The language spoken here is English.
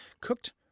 Cooked